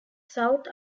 south